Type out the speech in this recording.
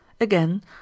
Again